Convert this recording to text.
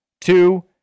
Two